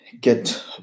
get